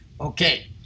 Okay